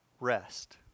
rest